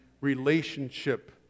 relationship